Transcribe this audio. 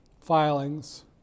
filings